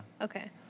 Okay